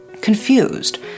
Confused